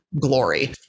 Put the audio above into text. glory